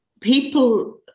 people